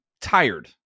tired